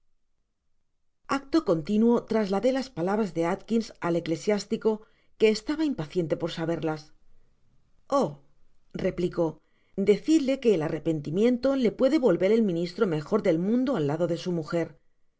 acto continuo trasladé las palabras de atkins l echv slico que estaba impaciente por saberlas ohlrepli gó decidle que el arrepentimiento le puede volver el ministro mejor dei mundo al lado de su mujer